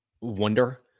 wonder